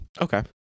Okay